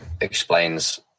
explains